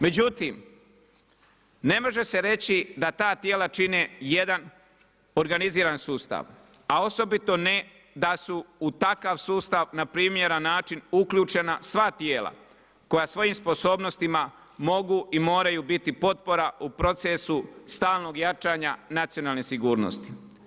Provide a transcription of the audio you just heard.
Međutim, ne može se reći da ta tijela čine jedan organizirani sustav a osobito ne da su u takav sustav na primjeran način uključena sva tijela koja svojim sposobnostima mogu i moraju biti potpora u procesu stalnog jačanja nacionalne sigurnosti.